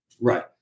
Right